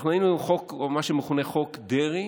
אנחנו ראינו חוק, מה שמכונה חוק דרעי.